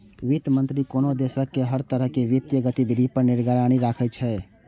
वित्त मंत्री कोनो देशक हर तरह के वित्तीय गतिविधि पर निगरानी राखै छै